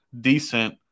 decent